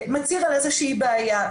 שמצהיר על איזושהי בעיה.